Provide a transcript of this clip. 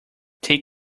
take